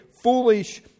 foolish